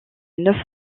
neuf